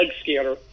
scanner